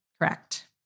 correct